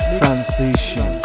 transition